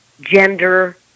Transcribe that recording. gender